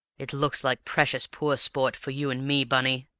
it looks like precious poor sport for you and me, bunny!